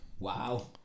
Wow